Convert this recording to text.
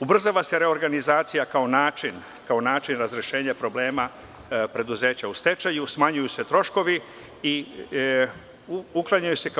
Ubrzava se reorganizacija kao način razrešenja problema preduzeća u stečaju, smanjuju se troškovi i uklanjaju se